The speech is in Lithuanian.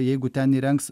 jeigu ten įrengs